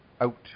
out